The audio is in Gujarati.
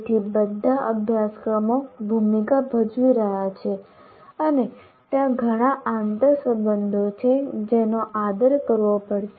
તેથી બધા અભ્યાસક્રમો ભૂમિકા ભજવી રહ્યા છે અને ત્યાં ઘણાં આંતરસંબંધો છે જેનો આદર કરવો પડશે